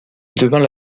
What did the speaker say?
devient